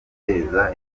guteza